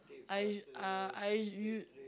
I uh I you